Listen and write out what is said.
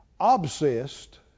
obsessed